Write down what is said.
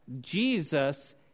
Jesus